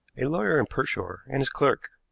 a lawyer in pershore and his clerk.